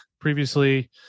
previously